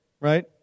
right